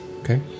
Okay